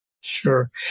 Sure